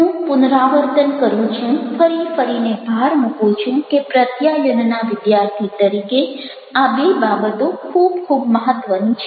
હું પુનરાવર્તન કરું છું ફરી ફરીને ભાર મૂકું છું કે પ્રત્યાયનના વિદ્યાર્થી તરીકે આ બે બાબતો ખૂબ ખૂબ મહત્ત્વની છે